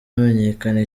hamenyekana